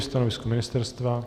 Stanovisko ministerstva?